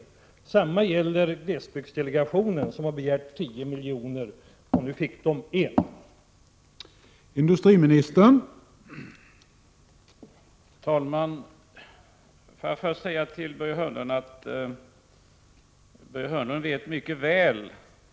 Detsamma gäller glesbygdsdelegationen, som har begärt 10 milj.kr. Nu får den 1 miljon.